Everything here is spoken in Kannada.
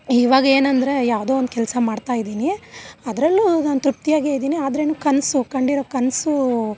ಇವಾಗ ಏನೆಂದ್ರೆ ಯಾವುದೋ ಒಂದು ಕೆಲಸ ಮಾಡ್ತಾಯಿದ್ದೀನಿ ಅದರಲ್ಲೂ ನಾನು ತೃಪ್ತಿಯಾಗೇ ಇದ್ದೀನಿ ಆದ್ರೂ ಕನಸು ಕಂಡಿರೋ ಕನಸು